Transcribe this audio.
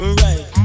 right